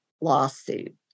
lawsuit